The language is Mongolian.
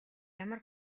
ямар